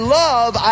love